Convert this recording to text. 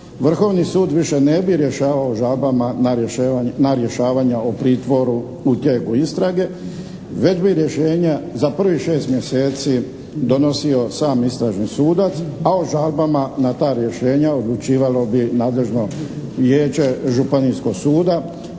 Vrhovni sud više ne bi rješavao o žalbama na rješavanja o pritvoru u tijeku istrage već bi rješenja za prvih 6 mjeseci donosio sam istražni sudac, a o žalbama na ta rješenja odlučivalo bi nadležno Vijeće Županijskog suda